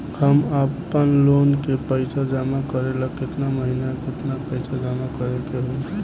हम आपनलोन के पइसा जमा करेला केतना महीना केतना पइसा जमा करे के होई?